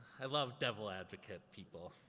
i love devil advocate people.